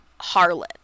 harlot